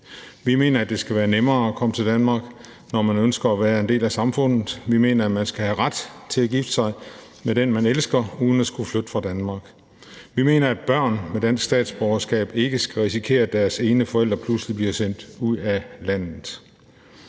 Vi mener, at det skal være nemmere at komme til Danmark, når man ønsker at være en del af samfundet. Vi mener, at man skal have ret til at gifte sig med den, man elsker, uden at skulle flytte fra Danmark. Vi mener, at børn med dansk statsborgerskab ikke skal risikere, at deres ene forælder pludselig bliver sendt ud af landet.